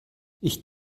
ich